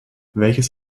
welches